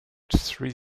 three